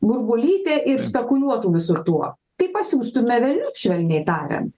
burbulytė ir spekuliuotų visu tuo tai pasiųstume velniop švelniai tariant